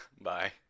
bye